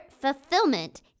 fulfillment